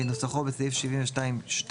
כנוסחו בסעיף 72(12)